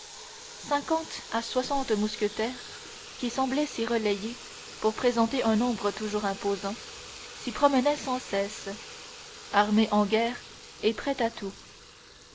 cinquante à soixante mousquetaires qui semblaient s'y relayer pour présenter un nombre toujours imposant s'y promenaient sans cesse armés en guerre et prêts à tout